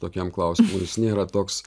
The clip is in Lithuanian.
tokiam klausimui ir jis nėra toks